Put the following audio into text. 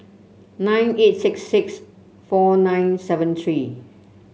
nine eight six six four nine seven three